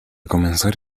comenzar